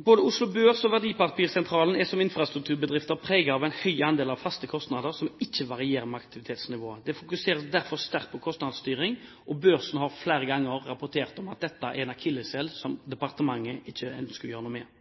Både Oslo Børs og Verdipapirsentralen er som infrastrukturbedrifter preget av en høy andel faste kostnader som ikke varierer med aktivitetsnivået. Det fokuseres derfor sterkt på kostnadsstyring, og børsen har flere ganger rapportert om at dette er en akilleshæl som departementet ikke ønsker å gjøre noe med.